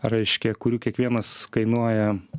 reiškia kurių kiekvienas kainuoja